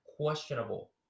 questionable